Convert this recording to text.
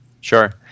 Sure